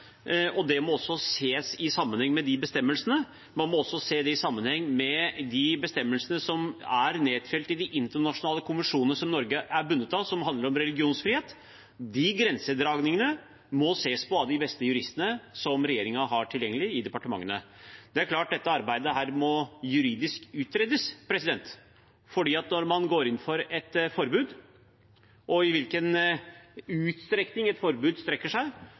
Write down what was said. at det må ses i sammenheng med de bestemmelsene. Man må også se det i sammenheng med de bestemmelsene som er nedfelt i de internasjonale konvensjonene som Norge er bundet av som handler om religionsfrihet. De grensedragningene må ses på av de beste juristene regjeringen har tilgjengelig i departementene. Det er klart at dette arbeidet må utredes juridisk: Når man går inn for et forbud og i hvilken utstrekning et forbud strekker seg,